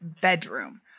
bedroom